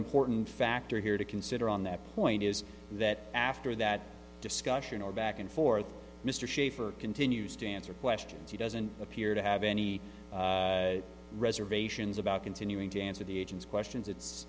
important factor here to consider on that point is that after that discussion or back and forth mr shafer continues to answer questions he doesn't appear to have any reservations about continuing to answer the agent's questions it's